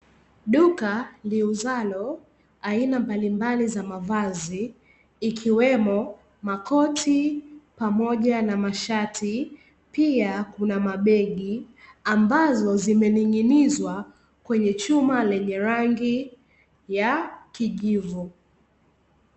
Duka liuzalo aina mbalimbali za mavazi, ikiwemo makoti pamoja na mashati pia Kuna mabegi ambazo zimening'inizwa kwenye chuma renye rangi ya kijivu.